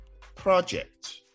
Project